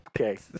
okay